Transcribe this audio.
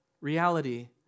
reality